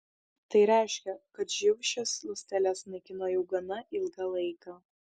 tai reiškia kad živ šias ląsteles naikino jau gana ilgą laiką